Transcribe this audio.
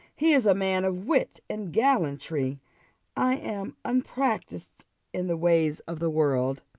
he is a man of wit and gallantry i am unpractised in the ways of the world.